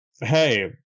hey